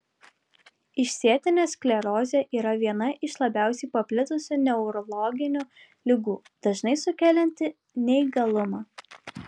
išsėtinė sklerozė yra viena iš labiausiai paplitusių neurologinių ligų dažnai sukelianti neįgalumą